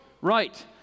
right